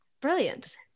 brilliant